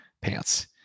pants